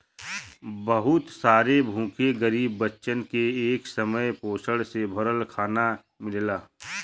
बहुत सारे भूखे गरीब बच्चन के एक समय पोषण से भरल खाना मिलला